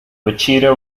wichita